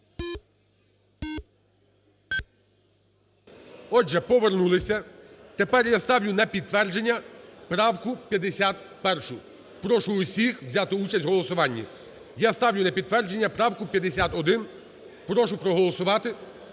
Отже, повернулись. Тепер я ставлю на підтвердження правку 51. Прошу всіх взяти участь в голосуванні. Я ставлю на голосування правку 51. Прошу проголосувати